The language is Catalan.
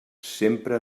sempre